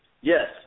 Yes